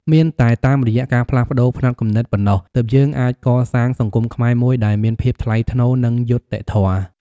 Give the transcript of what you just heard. មានតែតាមរយៈការផ្លាស់ប្តូរផ្នត់គំនិតប៉ុណ្ណោះ ទើបយើងអាចកសាងសង្គមខ្មែរមួយដែលមានភាពថ្លៃថ្នូរ និងយុត្តិធម៌។